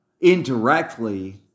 indirectly